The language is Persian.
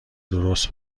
درست